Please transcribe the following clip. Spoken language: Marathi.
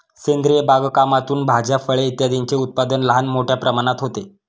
सेंद्रिय बागकामातून भाज्या, फळे इत्यादींचे उत्पादन लहान मोठ्या प्रमाणात होते